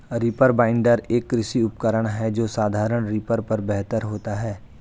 reaper binder, एक कृषि उपकरण है जो साधारण रीपर पर बेहतर होता है